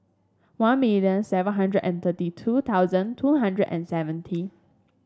One million seven hundred and thirty two thousand two hundred and seventy